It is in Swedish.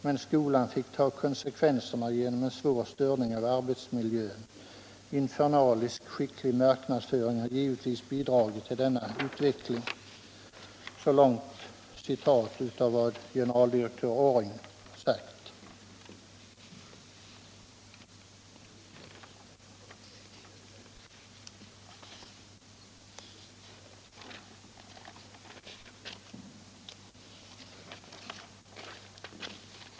Men skolan fick ta konsekvenserna genom en svår störning av arbetsmiljön. Infernalisk, skicklig marknadsföring har givetvis bidragit till denna utveckling.” Så långt citatet av generaldirektör Orrings uttalande.